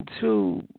Two